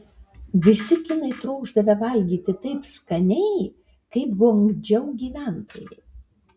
visi kinai trokšdavę valgyti taip skaniai kaip guangdžou gyventojai